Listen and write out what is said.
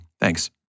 Thanks